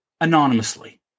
anonymously